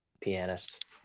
pianist